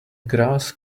grass